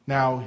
Now